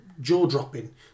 jaw-dropping